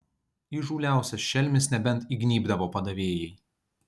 įžūliausias šelmis nebent įgnybdavo padavėjai